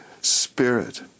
Spirit